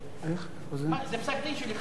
זה פסק-דין של אחד?